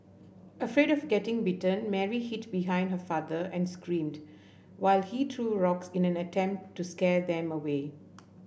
afraid of getting bitten Mary hid behind her father and screamed while he threw rocks in an attempt to scare them away